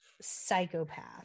psychopath